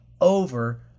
over